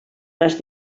les